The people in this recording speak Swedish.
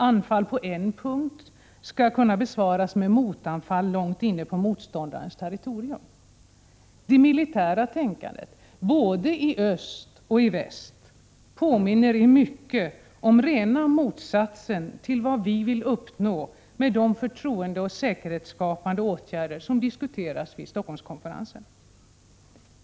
Anfall på en punkt skall kunna besvaras med motanfall långt inne på motståndarens territorium. Det militära tänkandet — både i öst och i väst — påminner i mycket om rena motsatsen till vad vi vill uppnå med de förtroendeoch säkerhetsskapande åtgärder som diskuteras vid Helsingforsskonferensen.